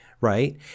right